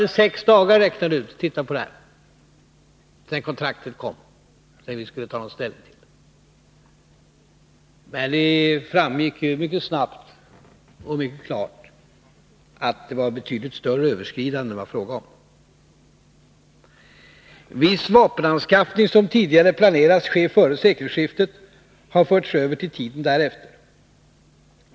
Vi hade sex dagar på oss, räknade vi ut, sedan kontraktet kom och vi skulle ta ställning. Men det framgick mycket snabbt och mycket klart att det var fråga om betydligt större överskridanden. Viss vapenanskaffning, som tidigare planerats ske före sekelskiftet, har förts över till tiden därefter.